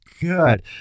good